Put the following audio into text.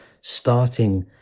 starting